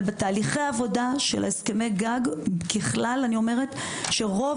אבל בתהליכי העבודה של הסכמי הגג ככלל רוב